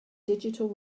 digital